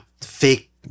Fake